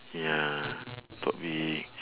ya talk big